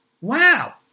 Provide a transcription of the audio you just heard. Wow